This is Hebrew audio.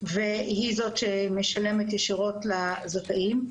והיא זו שמשלמת ישירות לזכאים.